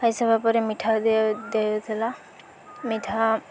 ଖାଇ ସାରିବା ପରେ ମିଠା ଦିଆଯାଉଥିଲା ମିଠା